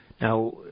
Now